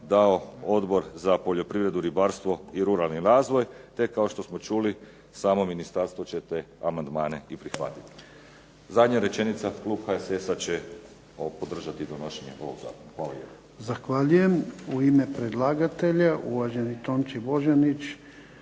dao Odbor za poljoprivredu, ribarstvo i ruralni razvoj, te kao što smo čuli samo ministarstvo će te amandmane i prihvatiti. Zadnja rečenica klub HSS-a podržati donošenje ovog zakona. Hvala